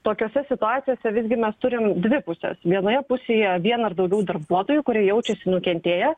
tokiose situacijose visgi mes turim dvi puses vienoje pusėje vieną ar daugiau darbuotojų kurie jaučiasi nukentėję